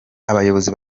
abayobozi